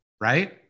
right